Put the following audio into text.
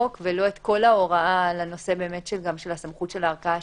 ולא את כל ההוראה על הנושא של הסמכות של הערכאה השיפוטית?